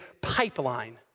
pipeline